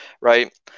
Right